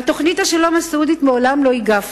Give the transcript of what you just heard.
על תוכנית השלום הסעודית מעולם לא הגבת.